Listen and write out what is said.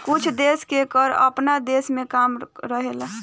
कुछ देश के कर आपना देश से कम रहेला